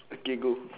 okay go